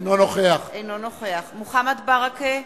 אינו נוכח מוחמד ברכה,